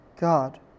God